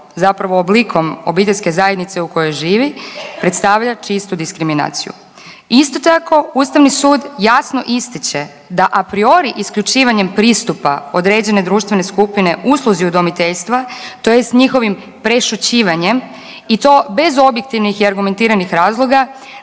zapravo oblikom obiteljske zajednice u kojoj živi predstavlja čistu diskriminaciju. Isto tako, Ustavni sud jasno ističe da a priori isključivanjem pristupa određene društvene skupine usluzi udomiteljstva, tj. njihovim prešućivanjem i to bez objektivnih i argumentiranih razloga,